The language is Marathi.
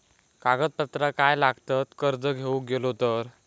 कागदपत्रा काय लागतत कर्ज घेऊक गेलो तर?